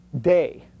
day